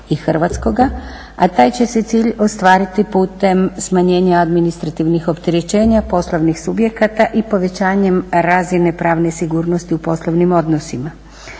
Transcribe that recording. i hrvatskoga. A taj će se cilj ostvariti putem smanjenja administrativnih opterećenja, poslovnih subjekata i povećanjem razine pravne sigurnosti u poslovnim odnosima.